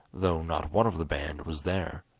though not one of the band was there.